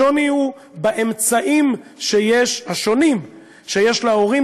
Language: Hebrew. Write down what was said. השוני הוא באמצעים השונים שיש להורים